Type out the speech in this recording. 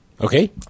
Okay